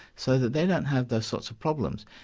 so that they don't have those sorts of problems.